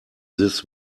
this